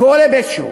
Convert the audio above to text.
מכל היבט שהוא.